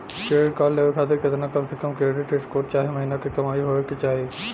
Credit card लेवे खातिर केतना कम से कम क्रेडिट स्कोर चाहे महीना के कमाई होए के चाही?